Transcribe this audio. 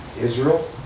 Israel